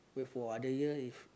wait for other year if